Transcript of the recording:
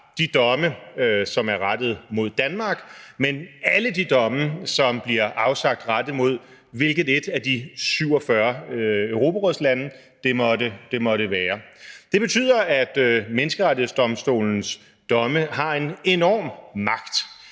de domme, som er rettet mod Danmark, men alle de domme, som bliver afsagt rettet mod, hvilket et af de 47 Europarådslande det måtte være. Det betyder, at Menneskerettighedsdomstolens domme har en enorm magt,